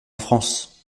france